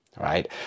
right